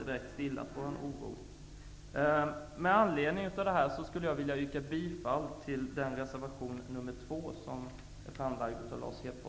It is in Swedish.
Det har inte direkt stillat vår oro.